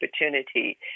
opportunity